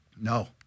No